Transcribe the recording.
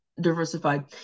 diversified